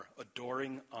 adoring